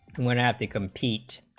one at the competes